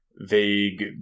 vague